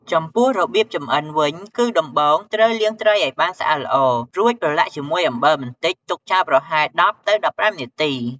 ចំពោះរបៀបចម្អិនវិញគឺដំបូងត្រូវ លាងត្រីឱ្យបានស្អាតល្អ រួចប្រឡាក់ជាមួយអំបិលបន្តិច ទុកចោលប្រហែល ១០ទៅ១៥ នាទី។